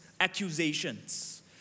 accusations